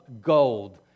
gold